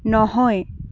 নহয়